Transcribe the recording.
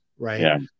Right